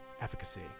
efficacy